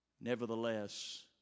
Nevertheless